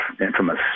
infamous